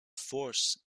fours